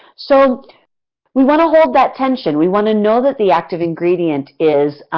so we want to hold that tension, we want to know that the active ingredient is